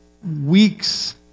Weeks